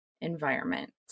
environment